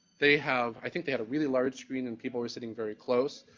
they have i think they had a really large screen and people were sitting very close.